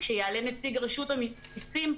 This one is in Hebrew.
כשיעלה נציג רשותה מסים,